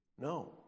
No